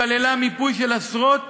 שכללה מיפוי של עשרות